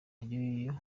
ry’uyu